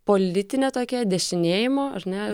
politinė tokia dešinėjimo ne